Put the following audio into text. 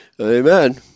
Amen